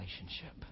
relationship